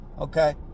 okay